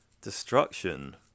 destruction